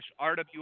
RWF